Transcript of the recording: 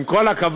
עם כל הכבוד,